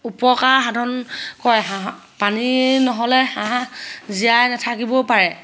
উপকাৰ সাধন কৰে হাঁহৰ পানী নহ'লে হাঁহ জীয়াই নেথাকিবও পাৰে